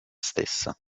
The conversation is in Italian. stessa